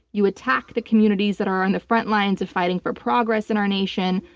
you attack the communities that are on the front lines of fighting for progress in our nation,